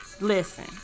Listen